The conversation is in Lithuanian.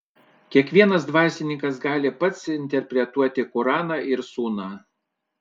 kiekvienas dvasininkas gali pats interpretuoti koraną ir suną